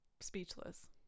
speechless